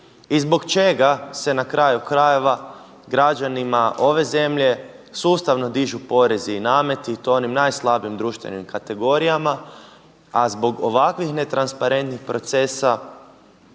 i zbog čega se na kraju krajeva građanima ove zemlje sustavno dižu porezi i nameti i to onim najslabijim društvenim kategorijama, a zbog ovakvih netransparentnih procesa